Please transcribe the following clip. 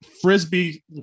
frisbee